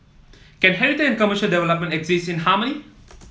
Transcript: can heritage and commercial development exist in harmony